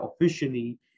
officially